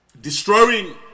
Destroying